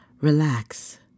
relax